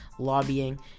lobbying